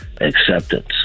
acceptance